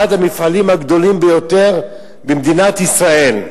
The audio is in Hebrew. אחד המפעלים הגדולים ביותר במדינת ישראל,